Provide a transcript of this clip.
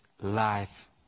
life